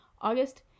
August